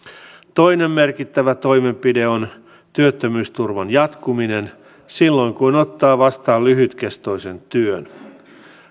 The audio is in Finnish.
toinen merkittävä toimenpide on työttömyysturvan jatkuminen silloin kun ottaa vastaan lyhytkestoisen työn